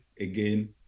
again